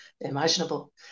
imaginable